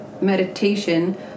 meditation